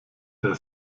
der